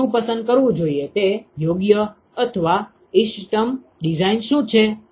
મારે શું પસંદ કરવું જોઈએ તે યોગ્ય અથવા ઈષ્ટતમ ડિઝાઇન શું છે